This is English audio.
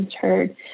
heard